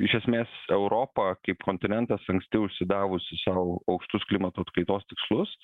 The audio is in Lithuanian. iš esmės europa kaip kontinentas anksti užsidavusi sau aukštus klimato kaitos tikslus